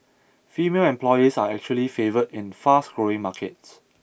female employees are actually favoured in fast growing markets